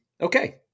okay